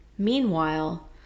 Meanwhile